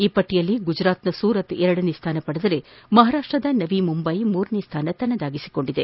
ಈ ಪಟ್ಟಯಲ್ಲಿ ಗುಜರಾತ್ನ ಸೂರತ್ ಎರಡನೇ ಸ್ಥಾನ ಪಡೆದರೆ ಮಹಾರಾಷ್ಟದ ನವಿಮುಂಬೈ ಮೂರನೇ ಸ್ಥಾನ ತನ್ನದಾಗಿಸಿಕೊಂಡಿದೆ